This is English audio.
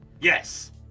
Yes